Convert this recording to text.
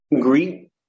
greet